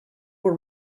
were